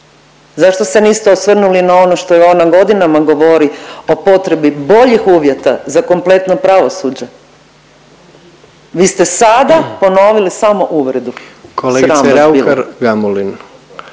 Zašto se niste osvrnuli na ono što je ona godinama govori o potrebi boljih uvjeta za kompletno pravosuđe. Vi ste sada ponovili samo uvredu.